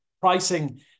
pricing